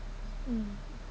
mm